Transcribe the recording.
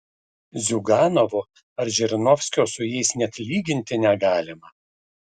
ziuganovo ar žirinovskio su jais net lyginti negalima